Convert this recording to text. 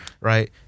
right